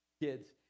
Kids